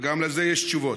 וגם לזה יש תשובות,